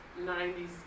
90s